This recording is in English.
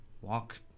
walk